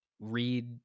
read